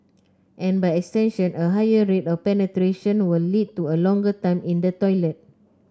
and by extension a higher rate of penetration will lead to a longer time in the toilet